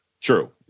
True